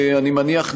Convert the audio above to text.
אני מניח,